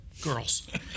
girls